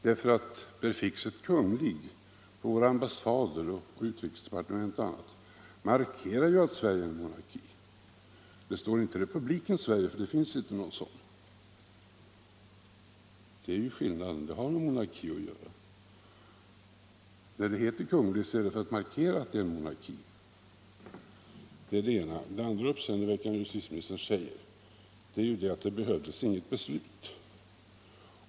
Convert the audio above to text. Beteckningen Kungl. på våra ambassader, på utrikesdepartementet och annorstädes markerar att Sverige är en monarki. Det står inte ”republiken Sverige”, för den finns inte. Det är skillnaden. — Nr 76 Det heter Kungl. för att markera att Sverige är en monarki. Det är det Onsdagen den cd 7 maj 1975 Det andra uppseendeväckande justitieministern säger är att att det inte I behövdes något beslut.